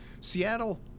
Seattle